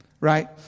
right